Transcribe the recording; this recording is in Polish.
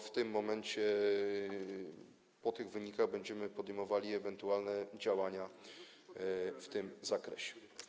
W tym momencie, po tych wynikach, będziemy podejmowali ewentualne działania w tym zakresie.